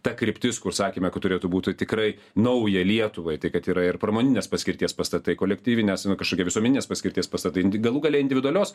ta kryptis kur sakėme kad turėtų būtų tikrai nauja lietuvai tai kad yra ir pramoninės paskirties pastatai kolektyvinės kažkokie visuomeninės paskirties pastatai galų gale individualios